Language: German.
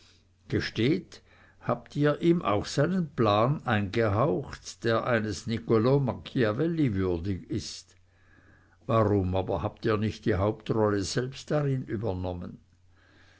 gesteht ihr habt ihm auch seinen plan eingehaucht der eines niccol machiavelli würdig ist warum aber habt ihr die hauptrolle darin nicht selbst übernommen